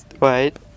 wait